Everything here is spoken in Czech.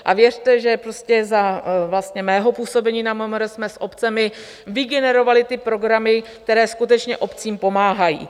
A věřte, že prostě za mého působení na MMR jsme s obcemi vygenerovali ty programy, které skutečně obcím pomáhají.